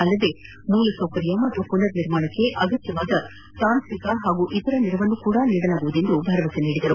ಅಲ್ಲದೆ ಮೂಲಸೌಕರ್ಯ ಮತ್ತು ಪುನರ್ ನಿರ್ಮಾಣಕ್ಕೆ ಅಗತ್ಯವಾದ ತಾಂತ್ರಿಕ ಹಾಗೂ ಇತರ ನೆರವನ್ನೂ ಸಹ ನೀಡುವುದಾಗಿ ಭರವಸೆ ನೀಡಿದರು